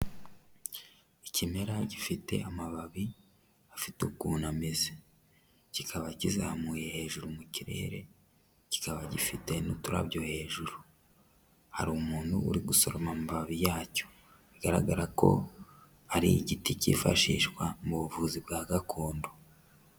Ikimera gifite amababi afite ukuntu ameze , kikaba kizamuye hejuru mu kirere, kikaba gifite n'uturabyo hejuru, hari umuntu uri gusaroma amababi yacyo, bigaragara ko ari igiti cyifashishwa mu buvuzi bwa gakondo.